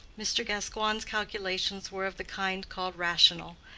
mr. gascoigne's calculations were of the kind called rational,